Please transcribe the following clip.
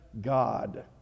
God